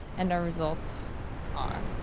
and our results are.